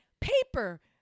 paper